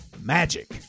magic